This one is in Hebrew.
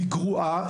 היא גרועה,